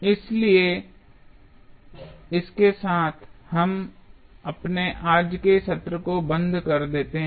इसलिए इसके साथ हम अपने आज के सत्र को बंद कर देते हैं